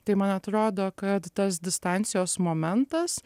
tai man atrodo kad tas distancijos momentas